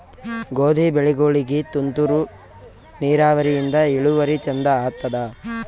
ಗೋಧಿ ಬೆಳಿಗೋಳಿಗಿ ತುಂತೂರು ನಿರಾವರಿಯಿಂದ ಇಳುವರಿ ಚಂದ ಆತ್ತಾದ?